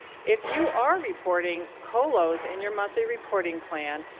if you are reporting colos in your monthly reporting plan,